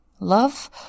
love